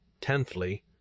tenthly